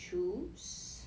choose